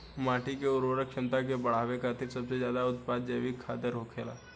माटी के उर्वरक क्षमता के बड़ावे खातिर सबसे अच्छा उत्पाद जैविक खादर होखेला